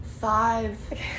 five